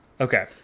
Okay